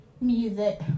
music